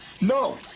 No